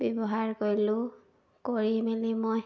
ব্যৱহাৰ কৰিলোঁ কৰি মেলি মই